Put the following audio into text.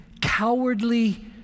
cowardly